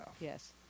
Yes